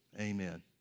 Amen